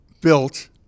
built